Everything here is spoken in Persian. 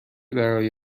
برای